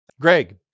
Greg